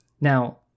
Now